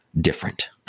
different